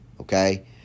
okay